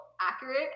accurate